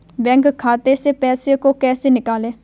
Bank खाते से पैसे को कैसे निकालें?